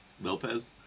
Lopez